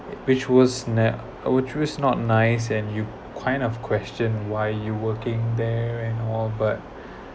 which was ni~ uh which was not nice and you kind of question why you working there and all but